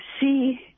see